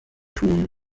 tun